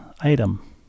item